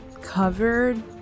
covered